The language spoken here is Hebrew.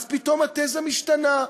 אז פתאום התזה משתנה,